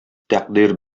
тәкъдир